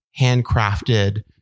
handcrafted